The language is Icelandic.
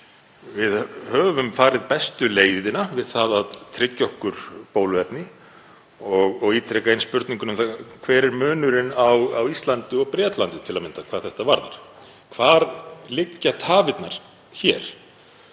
við höfum farið bestu leiðina við það að tryggja okkur bóluefni og ítreka spurninguna: Hver er munurinn á Íslandi og Bretlandi til að mynda hvað þetta varðar? Hvar liggja tafirnar hér?